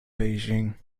beijing